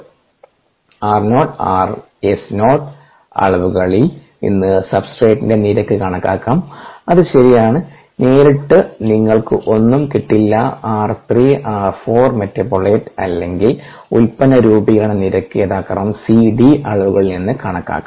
r 0 S നോട്ട് അളവുകളിൽ നിന്ന് സബ്സ്ട്രെടിന്റെ നിരക്ക് കണക്കാക്കാം അത് ശരിയാണ് നേരിട്ട് നിങ്ങൾക്ക് ഒന്നും കിട്ടില്ല r 3 r 4 മെറ്റാബോലൈറ്റ് അല്ലെങ്കിൽ ഉൽപന്ന രൂപീകരണ നിരക്ക് യഥാക്രമം C D അളവുകളിൽ നിന്ന് കണക്കാക്കാം